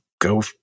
go